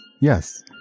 Yes